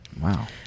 Wow